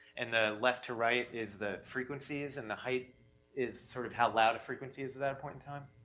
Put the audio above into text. and the left to right is the frequencies, and the height is sort of how loud a frequency is at that point in time?